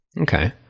Okay